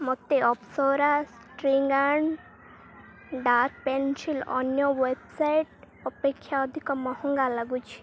ମୋତେ Apsara string and dark pencil ଅନ୍ୟ website ଅପେକ୍ଷା ଅଧିକ ମହଙ୍ଗା ଲାଗୁଛି